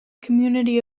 community